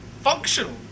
functional